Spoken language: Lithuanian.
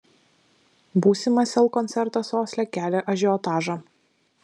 būsimas sel koncertas osle kelia ažiotažą